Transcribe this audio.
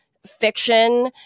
Fiction